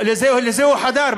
לזה הוא חתר.